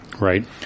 Right